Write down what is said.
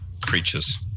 creatures